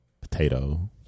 potato